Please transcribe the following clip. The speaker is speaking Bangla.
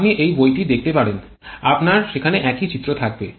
আপনি এই বইটি দেখতে পারেন আপনার সেখানে একই চিত্র থাকবে